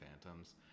phantoms